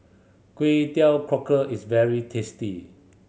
Kway Teow Cockle is very tasty